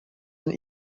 and